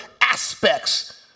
aspects